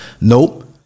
Nope